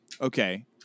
Okay